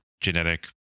genetic